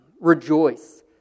rejoice